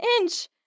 inch